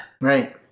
Right